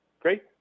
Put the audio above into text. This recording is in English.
Great